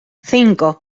cinco